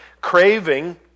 craving